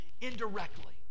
indirectly